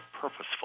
purposeful